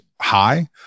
high